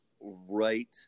right